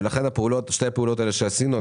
ולכן שתי הפעולות האלה שעשינו,